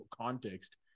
context